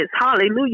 Hallelujah